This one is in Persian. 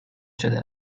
شده